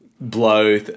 blow